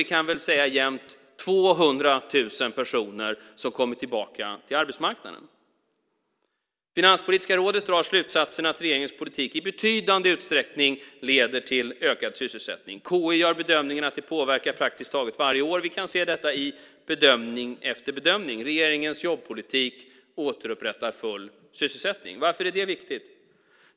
Vi kan väl säga jämnt 200 000 personer som kommer tillbaka till arbetsmarknaden. Finanspolitiska rådet drar slutsatsen att regeringens politik i betydande utsträckning leder till ökad sysselsättning. KI gör bedömningen att det påverkar praktiskt taget varje år. Vi kan se detta i bedömning efter bedömning, nämligen att regeringens jobbpolitik återupprättar full sysselsättning. Varför är detta viktigt?